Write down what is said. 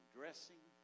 dressing